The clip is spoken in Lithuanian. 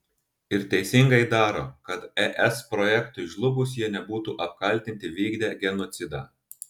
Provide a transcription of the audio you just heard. ir teisingai daro kad es projektui žlugus jie nebūtų apkaltinti vykdę genocidą